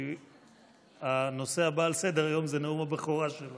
כי הנושא הבא על סדר-היום הוא נאום הבכורה שלו.